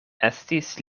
estis